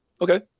Okay